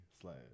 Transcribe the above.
slash